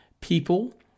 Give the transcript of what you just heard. people